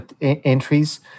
entries